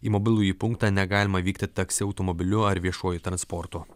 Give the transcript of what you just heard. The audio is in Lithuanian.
į mobilųjį punktą negalima vykti taksi automobiliu ar viešuoju transportu